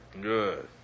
Good